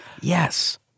Yes